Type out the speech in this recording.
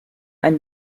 ein